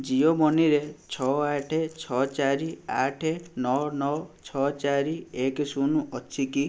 ଜିଓ ମନିରେ ଛଅ ଆଠ ଛଅ ଚାରି ଆଠ ନଅ ନଅ ଛଅ ଚାରି ଏକ ଶୂନ ଅଛି କି